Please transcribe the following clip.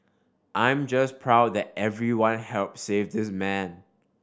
I'm just proud that everyone help save this man